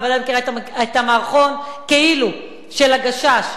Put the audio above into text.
את בוודאי מכירה את המערכון "כאילו", של הגשש.